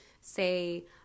say